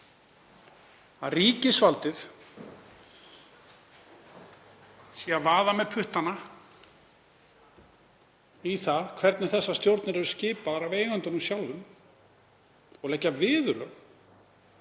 Að ríkisvaldið sé að vaða með puttana í það hvernig þessar stjórnir eru skipaðar af eigendunum sjálfum og leggja viðurlög